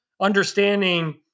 understanding